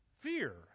Fear